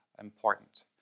important